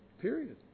Period